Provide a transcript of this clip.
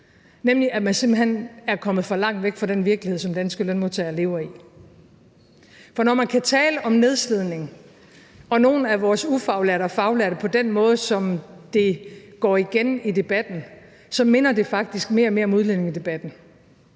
nemlig at man simpelt hen er kommet for langt væk fra den virkelighed, som danske lønmodtagere lever i. For når man kan tale om nedslidning og om nogle af vores ufaglærte og faglærte på den måde, som det går igen i debatten, minder det faktisk mere og mere om udlændingedebatten,